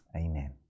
Amen